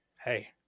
hey